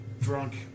drunk